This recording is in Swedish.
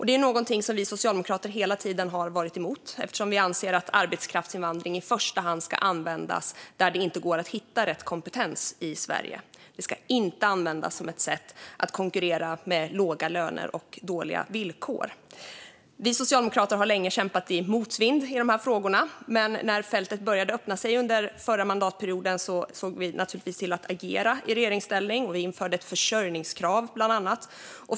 Det är någonting som vi socialdemokrater hela tiden har varit emot, eftersom vi anser att arbetskraftsinvandring i första hand ska användas när det inte går att hitta rätt kompetens i Sverige. Det ska inte användas som ett sätt att konkurrera med låga löner och dåliga villkor. Vi socialdemokrater har länge kämpat i motvind i de här frågorna. Men när fältet började öppna sig under förra mandatperioden såg vi i regeringsställning naturligtvis till att agera och införde ett försörjningskrav, bland annat.